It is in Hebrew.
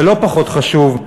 ולא פחות חשוב,